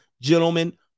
gentlemen